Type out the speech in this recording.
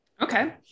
okay